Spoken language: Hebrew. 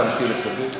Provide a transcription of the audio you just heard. אתה מסכים לכספים?